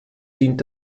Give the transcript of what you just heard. dient